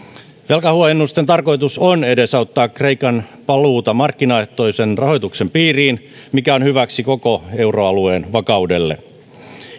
velkahuojennusten tarkoitus on edesauttaa kreikan paluuta markkinaehtoisen rahoituksen piiriin mikä on hyväksi koko euroalueen vakaudelle